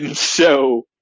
and so,